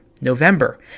November